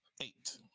Eight